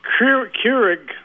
Keurig